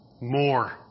More